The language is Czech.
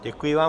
Děkuji vám.